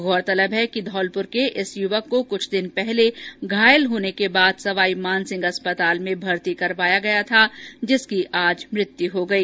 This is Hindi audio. गौरतलब है कि धौलपुर के इस युवक को कुछ दिन पहले घायल होने के बाद सवाईमानसिंह अस्पताल में भर्ती करवाया गया था जिसकी आज मृत्य हो गई